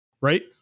right